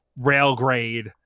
Railgrade